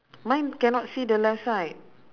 mine cannot see the left side